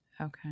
Okay